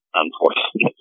unfortunately